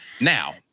Now